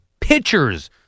pitcher's